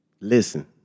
Listen